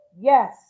Yes